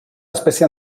espècie